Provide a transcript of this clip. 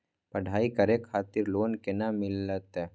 पढ़ाई करे खातिर लोन केना मिलत?